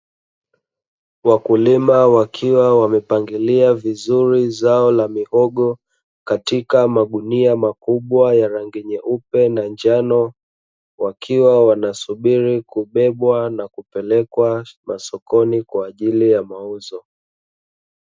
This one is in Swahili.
Wakulima wakiwa wamepangilia vizuri zao la mihogo, katika magunia makubwa ya rangi nyeupe na njano, wakiwa wanasubiri kubebwa na kupelekwa masokoni kwa ajili ya mauzo.